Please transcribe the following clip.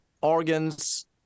organs